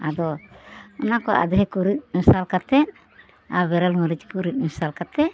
ᱟᱫᱚ ᱚᱱᱟᱠᱚ ᱟᱫᱷᱮ ᱠᱚ ᱨᱤᱫ ᱢᱮᱥᱟᱞ ᱠᱟᱛᱮ ᱟᱨ ᱵᱮᱨᱮᱞ ᱢᱟᱹᱨᱤᱡ ᱠᱚ ᱨᱤᱫ ᱢᱮᱥᱟᱞ ᱠᱟᱛᱮ